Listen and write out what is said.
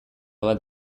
bat